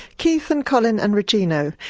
keith and colin and regino,